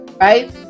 Right